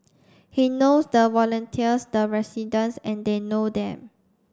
he knows the volunteers the residents and they know them